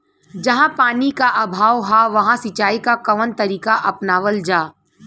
जहाँ पानी क अभाव ह वहां सिंचाई क कवन तरीका अपनावल जा?